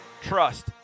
trust